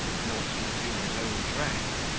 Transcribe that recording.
in order to resume his own dress,